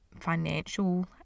financial –